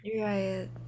Right